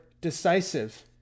decisive